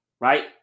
right